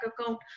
account